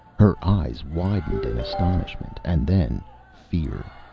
her eyes widened in astonishment and then fear.